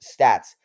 stats